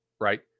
right